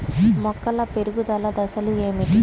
మొక్కల పెరుగుదల దశలు ఏమిటి?